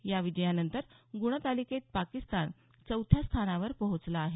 या विजयानंतर गुणतालिकेत पाकिस्तान चौथ्या स्थानावर पोहोचला आहे